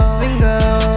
single